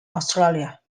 australia